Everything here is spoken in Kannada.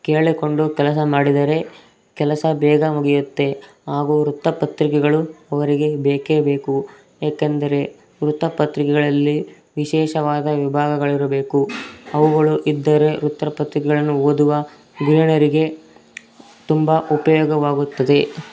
ಕೇಳಿಕೊಂಡು ಕೆಲಸ ಮಾಡಿದರೆ ಕೆಲಸ ಬೇಗ ಮುಗಿಯುತ್ತೆ ಹಾಗೂ ವೃತ್ತಪತ್ರಿಕೆಗಳು ಅವರಿಗೆ ಬೇಕೇ ಬೇಕು ಏಕೆಂದರೆ ವೃತ್ತಪತ್ರಿಕೆಗಳಲ್ಲಿ ವಿಶೇಷವಾದ ವಿಭಾಗಗಳಿರಬೇಕು ಅವುಗಳು ಇದ್ದರೆ ವೃತ್ತಪತ್ರಿಕೆಗಳನ್ನು ಓದುವ ಗ್ರಹಿಣಿಯರಿಗೆ ತುಂಬ ಉಪಯೋಗವಾಗುತ್ತದೆ